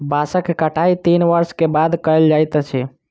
बांसक कटाई तीन वर्ष के बाद कयल जाइत अछि